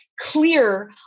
clear